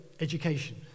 education